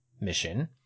mission